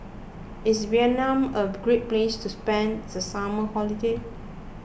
is Vietnam a great place to spend the summer holiday